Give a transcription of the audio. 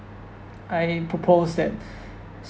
I propose that